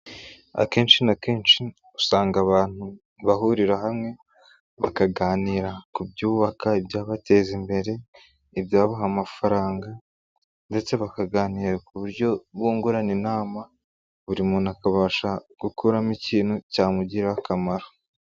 Akenshi na kenshi usanga abantu bahurira hamwe bakaganira ku byubaka, ibyabateza imbere, ibyabaha amafaranga ndetse bakaganira ku buryo bungurana inama, buri muntu akabasha gukuramo ikintu cyamugirira akamaro.